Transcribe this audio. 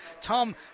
Tom